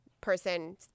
person